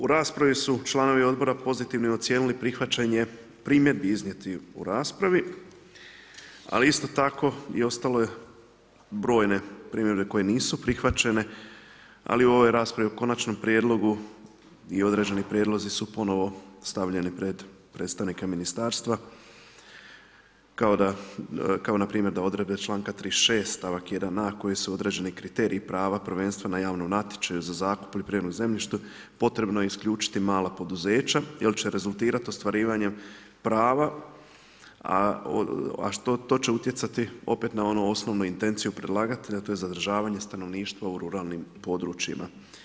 U raspravi su članovi odbora pozitivno ocijenili prihvaćenje primjedbi iznijetih u raspravi, ali isto tako i ostalo je brojne primjedbe koje nisu prihvaćene, ali u ovoj raspravi o konačnom prijedlogu i određeni prijedlozi su ponovno stavljeni pred predstavnike ministarstva kao npr. da odredbe članka 36. stavak 1.a kojim su određeni kriteriji prava prvenstva na javnom natječaju za zakup poljoprivrednog zemljišta, potrebno je isključiti mala poduzeća jer će rezultirati ostvarivanjem prava, a to će utjecati opet na onu osnovnu intenciju predlagatelja, a to je zadržavanje stanovništva u ruralnim područjima.